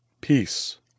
Peace